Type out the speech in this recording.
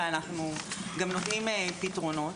ואנחנו גם נותנים פתרונות.